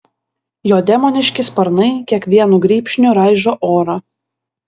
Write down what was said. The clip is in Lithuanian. jo demoniški sparnai kiekvienu grybšniu raižo orą